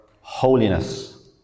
holiness